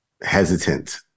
hesitant